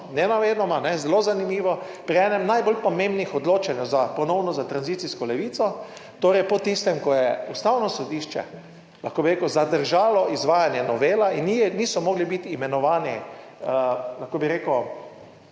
nenamenoma, ne, zelo zanimivo - pri enem najbolj pomembnih odločanju ponovno za tranzicijsko levico, torej po tistem, ko je Ustavno sodišče, lahko bi rekel, zadržalo izvajanje novele in niso mogli biti imenovani, lahko bi rekel,